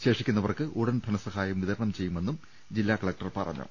ശേഷിക്കുന്നവർക്ക് ഉടൻ ധനസഹായം വിതരണം ചെയ്യു മെന്നും ജില്ലാ കലക്ടർ പറഞ്ഞു